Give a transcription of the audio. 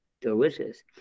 Delicious